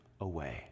away